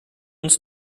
uns